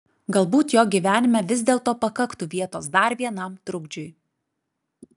galbūt jo gyvenime vis dėlto pakaktų vietos dar vienam trukdžiui